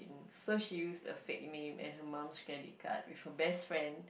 so she used a fake name and her mom's credit card with her best friend